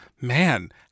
Man